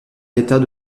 l’état